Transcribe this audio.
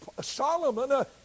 Solomon